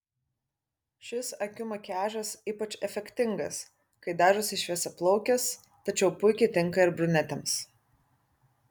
šis akių makiažas ypač efektingas kai dažosi šviesiaplaukės tačiau puikiai tinka ir brunetėms